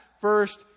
first